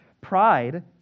Pride